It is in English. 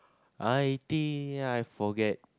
I think ya I forget